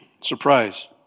Surprise